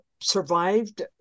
survived